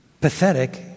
pathetic